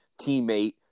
teammate